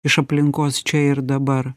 iš aplinkos čia ir dabar